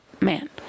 man